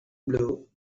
blue